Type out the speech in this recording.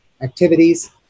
activities